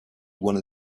one